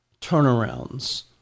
turnarounds